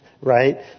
right